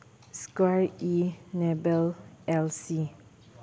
ꯏꯁꯀꯥꯔ ꯏ ꯅꯦꯕꯦꯜ ꯑꯦꯜ ꯁꯤ